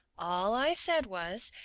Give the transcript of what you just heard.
all i said was,